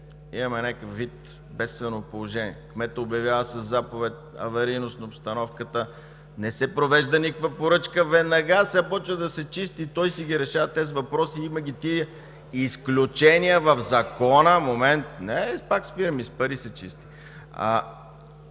имаме някакъв вид бедствено положение. Кметът обявява със заповед аварийност на обстановката, не се провежда никаква поръчка, веднага започва да се чисти. Той си решава тези въпроси. Има ги тези изключения в Закона. (Реплика от народния представител